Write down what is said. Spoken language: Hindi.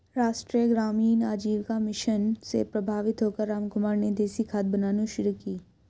राष्ट्रीय ग्रामीण आजीविका मिशन से प्रभावित होकर रामकुमार ने देसी खाद बनानी शुरू की